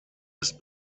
ist